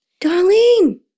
Darlene